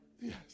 Yes